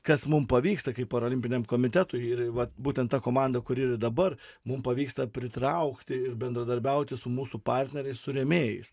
kas mum pavyksta kaip parolimpiniam komitetui ir vat būtent ta komanda kuri ir dabar mum pavyksta pritraukti ir bendradarbiauti su mūsų partneriais su rėmėjais